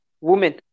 woman